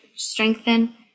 strengthen